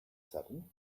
sudden